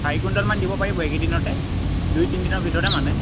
চাৰি কুইন্টেলমান দিব পাৰিব এইকেইদিনতে দুই তিনিদিনৰ ভিতৰতে মানে